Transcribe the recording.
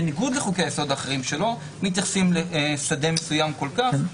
בניגוד לחוקי-היסוד האחרים שלא מתייחסים לשדה מסוים כל כך,